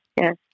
yes